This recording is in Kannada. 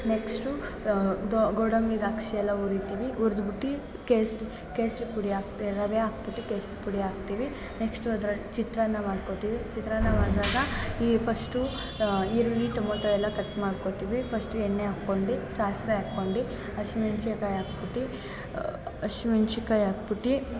ನೆಕ್ಸ್ಟು ದೋ ಗೋಡಂಬಿ ದ್ರಾಕ್ಷಿ ಎಲ್ಲ ಹುರಿತೀವಿ ಹುರ್ದ್ಬುಟ್ಟಿ ಕೇಸರಿ ಕೇಸರಿ ಪುಡಿ ಹಾಕ್ತೆ ರವೆ ಹಾಕ್ಬುಟ್ಟಿ ಕೇಸರಿ ಪುಡಿ ಹಾಕ್ತೀವಿ ನೆಕ್ಸ್ಟು ಅದ್ರಲ್ಲಿ ಚಿತ್ರಾನ್ನ ಮಾಡ್ಕೋತೀವಿ ಚಿತ್ರಾನ್ನ ಮಾಡಿದಾಗ ಈ ಫಸ್ಟು ಈರುಳ್ಳಿ ಟೊಮೊಟೊ ಎಲ್ಲ ಕಟ್ ಮಾಡ್ಕೋತೀವಿ ಫಸ್ಟ್ ಎಣ್ಣೆ ಹಾಕ್ಕೊಂಡಿ ಸಾಸಿವೆ ಹಾಕ್ಕೊಂಡಿ ಹಶಿಮೆಣ್ಶಿಕಾಯ್ ಹಾಕ್ಬುಟ್ಟಿ ಹಶಿಮೆಣ್ಶಿಕಾಯ್ ಹಾಕ್ಬುಟ್ಟಿ